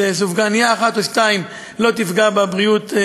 אז סופגנייה אחת או שתיים לא יפגעו בבריאות,